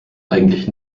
eigentlich